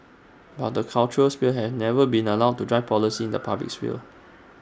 but the cultural sphere have never been allowed to drive policy in the public sphere